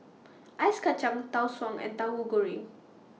Ice Kacang Tau Suan and Tauhu Goreng